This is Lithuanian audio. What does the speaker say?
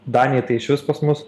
danėj tai išvis pas mus